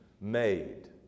made